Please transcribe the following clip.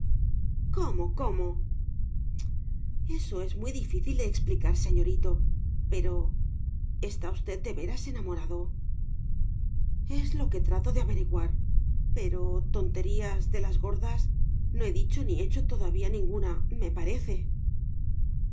cómo cómo eso es muy difícil de explicar señorito pero está usted de veras enamorado es lo que trato de averiguar pero tonterías de las gordas no he dicho ni hecho todavía ninguna me parece